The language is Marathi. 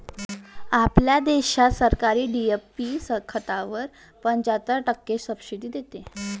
आपल्या देशात सरकार डी.ए.पी खतावर पंच्याहत्तर टक्के सब्सिडी देते